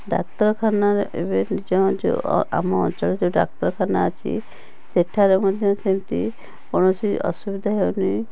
ଡାକ୍ତରଖାନାରେ ଏବେ ନିଜଅଞ୍ଚଳ ଓ ଆମଅଞ୍ଚଳର ଡାକ୍ତରଖାନା ଅଛି ସେଠାରେ ମଧ୍ୟ ସେମତି କୌଣସି ଅସୁବିଧା ହେଉନାହିଁ